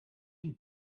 une